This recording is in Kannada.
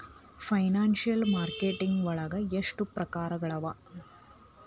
ಫೈನಾನ್ಸಿಯಲ್ ಮಾರ್ಕೆಟಿಂಗ್ ವಳಗ ಎಷ್ಟ್ ಪ್ರಕ್ರಾರ್ಗಳವ?